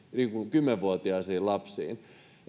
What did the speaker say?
kymmenvuotiaisiin lapsiin